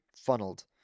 funneled